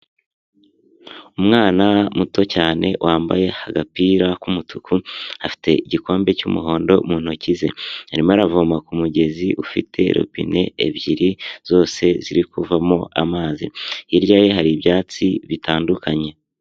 Umwana muto cyane wambaye agapira k'umutuku afite igikombe cy'umuhondo mu ntoki ze, arimo aravoma ku mugezi ufite robine ebyiri zose ziri kuvamo amazi, hirya ye hari ibyatsi bitandukanye.